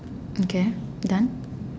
okay done